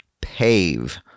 PAVE